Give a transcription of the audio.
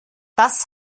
das